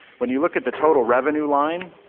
when you look at the total revenue line,